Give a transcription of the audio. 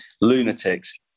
lunatics